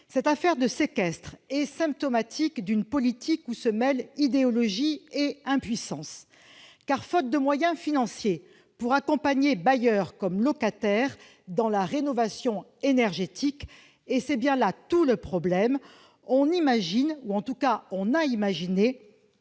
Cette affaire de séquestre est symptomatique d'une politique où se mêlent idéologie et impuissance ! En effet, faute de moyens financiers pour accompagner bailleurs comme locataires dans la rénovation énergétique- c'est bien là tout le problème -, on a imaginé